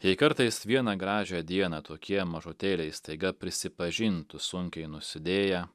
jei kartais vieną gražią dieną tokie mažutėliai staiga prisipažintų sunkiai nusidėję